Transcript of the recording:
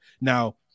Now